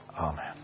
Amen